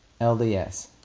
LDS